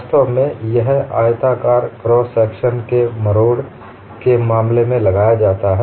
वास्तव में यह आयताकार क्रॉस सेक्शन के मरोड़ के मामले में लगाया जाता है